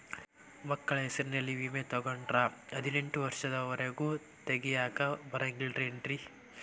ಮಕ್ಕಳ ಹೆಸರಲ್ಲಿ ವಿಮೆ ತೊಗೊಂಡ್ರ ಹದಿನೆಂಟು ವರ್ಷದ ಒರೆಗೂ ತೆಗಿಯಾಕ ಬರಂಗಿಲ್ಲೇನ್ರಿ?